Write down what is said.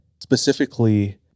specifically